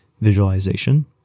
visualization